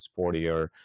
sportier